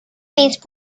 these